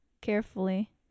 carefully